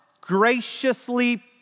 graciously